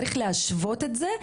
צריך להשוות את זה,